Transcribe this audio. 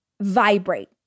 vibrate